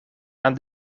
aan